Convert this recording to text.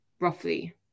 roughly